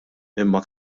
imma